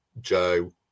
Joe